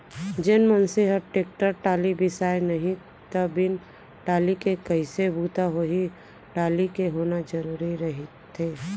जेन मनसे ह टेक्टर टाली बिसाय नहि त बिन टाली के कइसे बूता होही टाली के होना जरुरी रहिथे